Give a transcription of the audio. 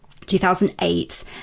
2008